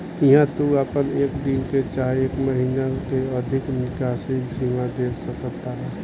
इहा तू आपन एक दिन के चाहे एक महीने के अधिकतर निकासी सीमा देख सकतार